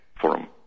Forum